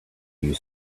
you